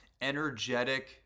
energetic